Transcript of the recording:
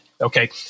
Okay